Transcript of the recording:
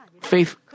faith